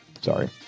Sorry